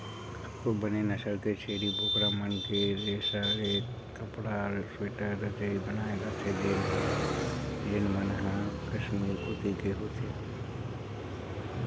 कतको बने नसल के छेरी बोकरा मन के रेसा ले कपड़ा, स्वेटर, रजई बनाए जाथे जेन मन ह कस्मीर कोती के होथे